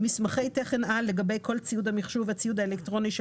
מסמכי תכן-על לגבי כל ציוד המחשוב והציוד האלקטרוני של